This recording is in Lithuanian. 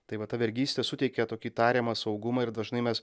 tai va ta vergystė suteikia tokį tariamą saugumą ir dažnai mes